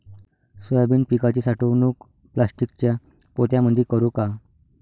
Soybean पिकाची साठवणूक प्लास्टिकच्या पोत्यामंदी करू का?